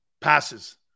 passes